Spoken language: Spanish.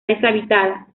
deshabitada